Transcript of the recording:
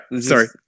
sorry